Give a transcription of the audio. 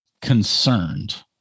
concerned